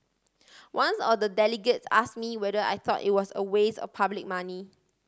once or the delegates ask me whether I thought it was a waste of public money